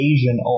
Asian